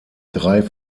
drei